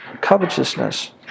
Covetousness